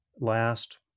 last